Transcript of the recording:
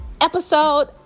episode